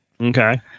Okay